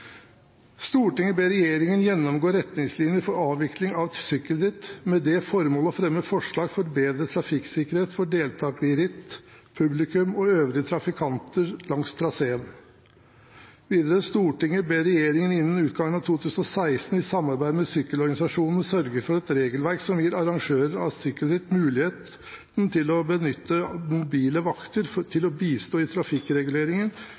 Stortinget ber regjeringen gjennomgå retningslinjer for avvikling av sykkelritt, med det formål å fremme forslag som bedrer trafikksikkerheten for deltakere i ritt, publikum og øvrige trafikanter langs traseen. II Stortinget ber regjeringen innen utgangen av 2016, i samarbeid med sykkelorganisasjonene, sørge for et regelverk som gir arrangører av sykkelritt muligheten til å benytte mobile vakter til å bistå i trafikkreguleringen